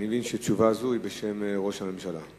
אני מבין שתשובה זו היא בשם ראש הממשלה.